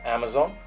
Amazon